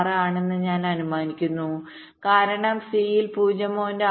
6 ആണെന്ന് ഞാൻ അനുമാനിക്കുന്നു കാരണം സിയിൽ 0